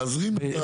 להזרים.